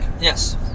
Yes